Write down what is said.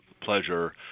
pleasure